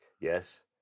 Yes